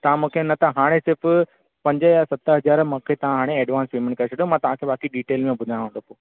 तव्हां मूंखे न त हाणे सिर्फ़ु पंज या सत हज़ार मूंखे तव्हां हाणे एडवांस पेमेंट करे छॾियो मां तव्हां खे बाक़ी डिटेल में ॿुधायांव थो